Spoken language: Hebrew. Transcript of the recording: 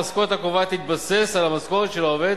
המשכורת הקובעת תתבסס על המשכורת של העובד